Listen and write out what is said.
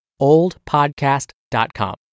oldpodcast.com